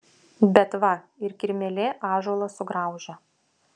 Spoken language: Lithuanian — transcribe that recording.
bet va ir kirmėlė ąžuolą sugraužia